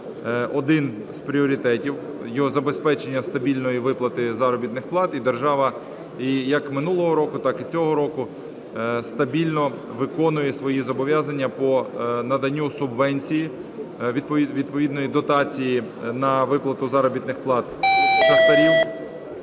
один з пріоритетів, його забезпечення, стабільної виплати заробітних плат. І держава, як і минулому року, так і цього року, стабільно виконує свої зобов'язання по наданню субвенції, відповідної дотації на виплату заробітних плат шахтарів.